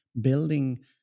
building